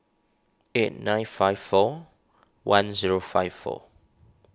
eight nine five four one zero five four